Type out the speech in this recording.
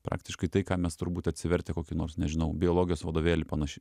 praktiškai tai ką mes turbūt atsivertę kokį nors nežinau biologijos vadovėlį panašiai